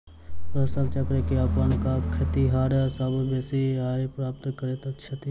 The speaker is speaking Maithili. फसल चक्र के अपना क खेतिहर सभ बेसी आय प्राप्त करैत छथि